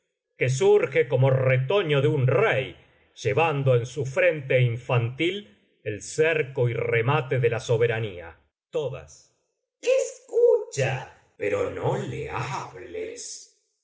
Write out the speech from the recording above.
que surge como retoño de un rey llevando en su frente infantil el cerco y remate de la soberanía escucha pero no le hables